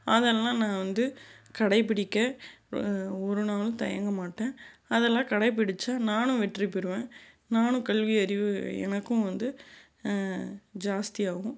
அதெல்லாம் நான் வந்து கடைப்பிடிக்க ஒரு நாளும் தயங்க மாட்டேன் அதெல்லாம் கடைப்பிடித்தா நானும் வெற்றி பெறுவேன் நானும் கல்வி அறிவு எனக்கும் வந்து ஜாஸ்தி ஆகும்